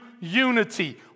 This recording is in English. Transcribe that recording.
unity